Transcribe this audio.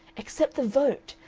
except the vote.